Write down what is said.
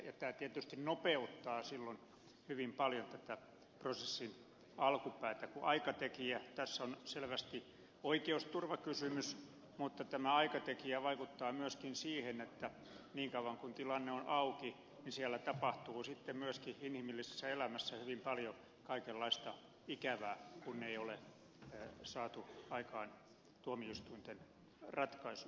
tämä tietysti nopeuttaa silloin hyvin paljon tätä prosessin alkupäätä kun aikatekijä tässä on selvästi oikeusturvakysymys mutta tämä aikatekijä vaikuttaa myöskin siihen että niin kauan kuin tilanne on auki siellä tapahtuu myöskin inhimillisessä elämässä hyvin paljon kaikenlaista ikävää kun ei ole saatu aikaan tuomioistuinten ratkaisuja